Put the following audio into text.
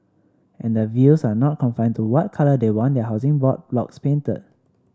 and their views are not confined to what colour they want their Housing Board blocks painted